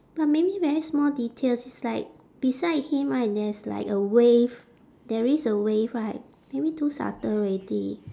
but maybe very small details it's like beside him right there's like a wave there is a wave right maybe too subtle already